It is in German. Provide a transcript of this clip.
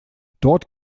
dort